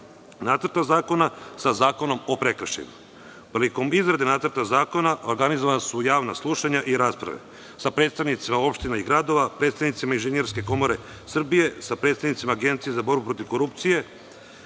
Nacrta zakona, sa Zakonom o prekršajima. Prilikom izrade nacrta zakona organizovana su javna slušanja i rasprave sa predstavnicima opština i gradova, predstavnicima Inženjerske komore Srbije, sa predstavnicima Agencije za borbu protiv korupcije,